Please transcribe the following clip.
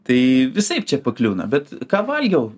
tai visaip čia pakliūna bet ką valgiau